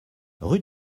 rue